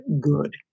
good